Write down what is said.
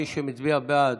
מי שמצביע בעד,